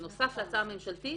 בנוסף להצעה הממשלתית.